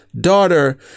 daughter